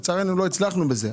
לצערנו לא הצלחנו בזה,